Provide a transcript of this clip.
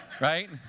right